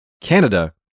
Canada